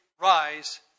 rise